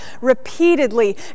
repeatedly